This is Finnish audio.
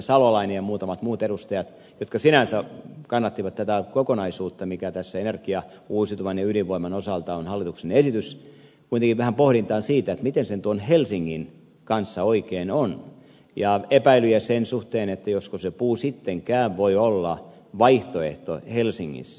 salolainen ja muutamat muut edustajat jotka sinänsä kannattivat tätä kokonaisuutta mikä tässä uusiutuvan ja ydinvoiman osalta on hallituksen esitys kuitenkin vähän esittivät pohdintaa siitä miten se tuon helsingin kanssa oikein on ja epäilyjä sen suhteen josko se puu sittenkään voi olla vaihtoehto helsingissä